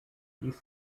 dies